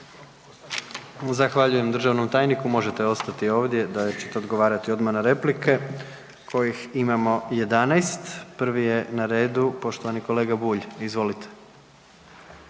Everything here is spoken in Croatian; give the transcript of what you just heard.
Zahvaljujem državnom tajniku. Možete ostati ovdje, dalje ćete odgovarati odmah na replike kojih imamo 11. Prvi je na redu poštovani kolega Bulj, izvolite.